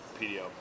PDO